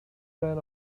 ran